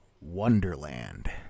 wonderland